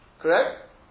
Correct